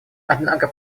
однако